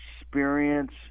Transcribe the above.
experience